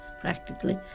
practically